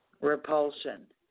repulsion